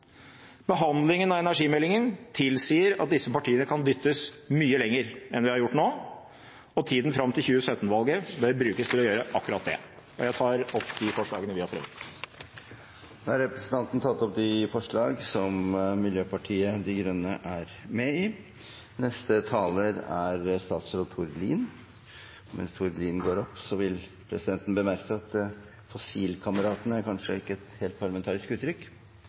Behandlingen av energimeldingen tilsier at disse partiene kan dyttes mye lenger enn vi har gjort nå, og tida fram til 2017-valget bør brukes til å gjøre akkurat det. Jeg tar opp de forslagene vi har fremmet. Representanten Rasmus Hansson har tatt opp de forslagene han refererte til. Neste taler er statsråd Tord Lien. Mens Tord Lien går opp, vil presidenten bemerke at «fossilkameratene» kanskje ikke er et helt parlamentarisk uttrykk.